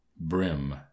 brim